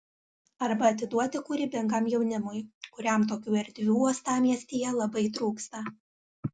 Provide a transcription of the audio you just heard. arba atiduoti kūrybingam jaunimui kuriam tokių erdvių uostamiestyje labai trūksta